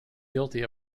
guilty